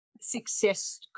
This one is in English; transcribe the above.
success